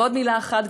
ועוד מילה אחת,